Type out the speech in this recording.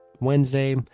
wednesday